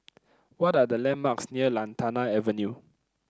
what are the landmarks near Lantana Avenue